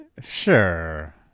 Sure